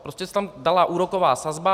Prostě se tam dala úroková sazba.